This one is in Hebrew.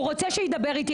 הוא רוצה, שידבר איתי.